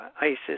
ISIS